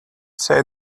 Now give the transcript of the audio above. say